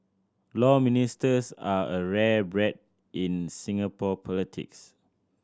Law Ministers are a rare breed in Singapore politics